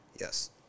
Yes